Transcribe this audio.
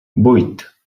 vuit